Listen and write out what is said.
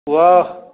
ପୁଅ